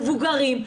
מבוגרים,